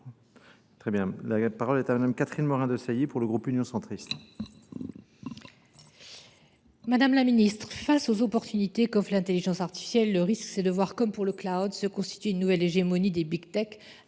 Très bien. La parole est à madame Catherine Morin de Saillie pour le groupe Union Centriste. Madame la Ministre, face aux opportunités qu'offre l'intelligence artificielle, le risque c'est de voir comme pour le cloud se constituer une nouvelle hégémonie des big tech,